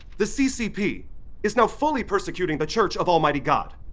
the ccp is now fully persecuting the church of almighty god.